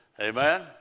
Amen